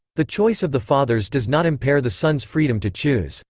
the choice of the fathers does not impair the sons' freedom to choose.